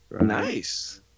Nice